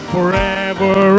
Forever